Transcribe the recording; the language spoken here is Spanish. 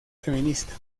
feminista